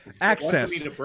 Access